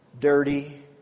dirty